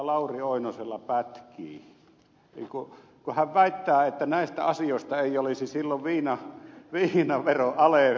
lauri oinosella pätkii kun hän väittää että näitä asioita ei olisi silovilla miehillä veroalelle